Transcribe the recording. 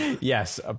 Yes